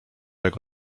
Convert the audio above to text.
jak